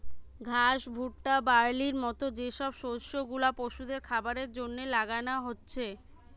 ঘাস, ভুট্টা, বার্লির মত যে সব শস্য গুলা পশুদের খাবারের জন্যে লাগানা হচ্ছে